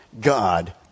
God